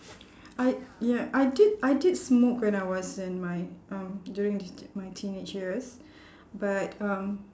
I ya I did I did smoke when I was in my um during my teenage years but um